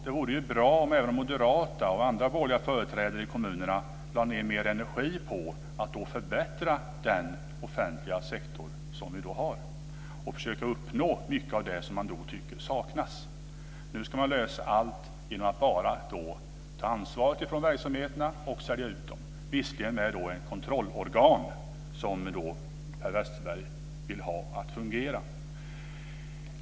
Det vore bra om även moderata och andra borgerliga företrädare i kommunerna lade ned mer energi på att förbättra den offentliga sektor som finns och försöka uppnå mycket av det som man tycker saknas. Nu ska man lösa allt genom att ta ansvaret från verksamheterna och sälja ut dem - visserligen med de kontrollorgan som Per Westerberg vill ska fungera.